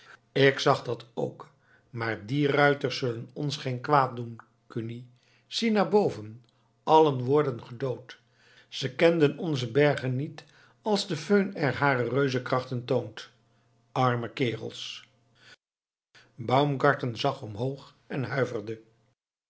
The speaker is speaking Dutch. ik zag dat ook maar die ruiters zullen ons geen kwaad doen kuni zie naar boven allen worden gedood ze kenden onze bergen niet als de föhn er hare reuzenkrachten toont arme kerels baumgarten zag omhoog en huiverde